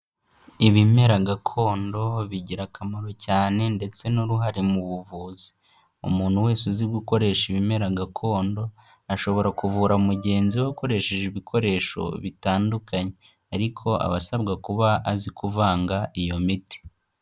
Ibimera gakondo, bigira akamaro cyane, ndetse n'uruhare mu buvuzi. Umuntu wese uzi gukoresha ibimera gakondo, ashobora kuvura mugenzi we akoresheje ibikoresho bitandukanye. Ariko aba asabwa kuba azi kuvanga, iyo miti.